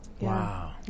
Wow